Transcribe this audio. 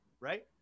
right